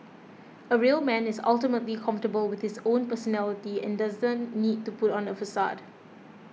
a real man is ultimately comfortable with his own personality and doesn't need to put on a facade